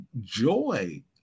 joy